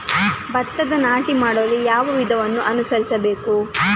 ಭತ್ತದ ನಾಟಿ ಮಾಡಲು ಯಾವ ವಿಧಾನವನ್ನು ಅನುಸರಿಸಬೇಕು?